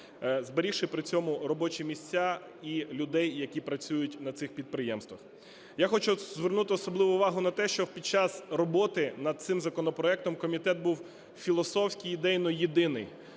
зберігши при цьому робочі місця і людей, які працюють на цих підприємствах. Я хочу звернути особливу увагу на те, що під час роботи над цим законопроектом комітет був філософськи ідейно єдиний,